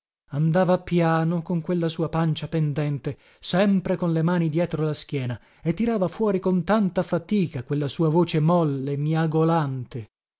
andava piano con quella sua pancia pendente sempre con le mani dietro la schiena e tirava fuori con tanta fatica quella sua voce molle miagolante